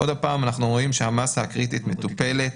אנחנו רואים שהמסה הקריטית מטופלת